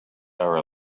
are